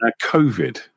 COVID